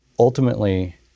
Ultimately